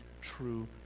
true